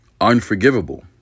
unforgivable